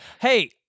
Hey